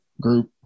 group